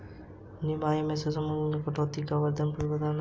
निम्न आय समूहों के लिए कर कटौती का वृहद प्रभाव होता है